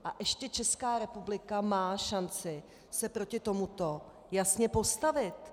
A ještě Česká republika má šanci se proti tomuto jasně postavit.